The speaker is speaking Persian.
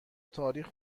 تاریخ